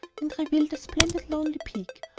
and revealed a splendid lonely peak,